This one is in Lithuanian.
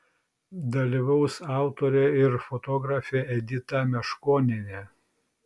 dalyvaus autorė ir fotografė edita meškonienė